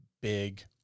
big